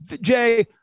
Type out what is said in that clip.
Jay